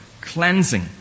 cleansing